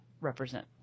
represent